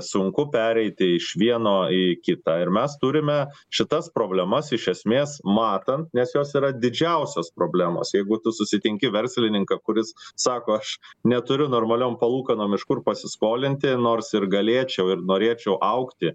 sunku pereiti iš vieno į kitą ir mes turime šitas problemas iš esmės matant nes jos yra didžiausios problemos jeigu tu susitinki verslininką kuris sako aš neturiu normaliom palūkanom iš kur pasiskolinti nors ir galėčiau ir norėčiau augti